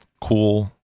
cool